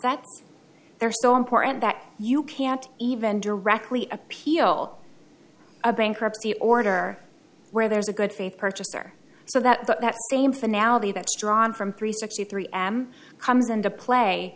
that they're so important that you can't even directly appeal a bankruptcy order where there's a good faith purchaser so that but that same finale that's drawn from three sixty three m comes into play